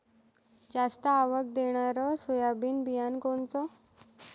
जास्त आवक देणनरं सोयाबीन बियानं कोनचं?